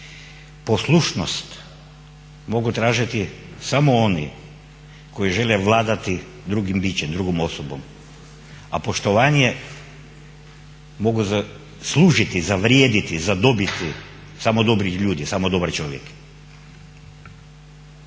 Poslušnost mogu tražiti samo oni koji žele vladati drugim bićem, drugom osobom, a poštovanje mogu zaslužiti, zavrijediti, zadobiti samo dobri ljudi, samo dobar čovjek.